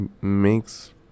makes